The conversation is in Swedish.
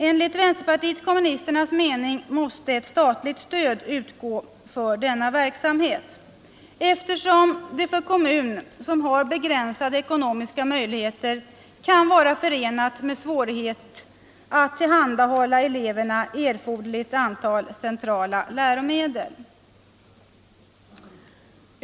Enligt vpk:s mening måste ett statligt stöd utgå för denna verksamhet, eftersom det för en kommun med begränsade ekonomiska möjligheter kan vara förenat med svårigheter att tillhandahålla eleverna erforderligt antal centrala läromedel.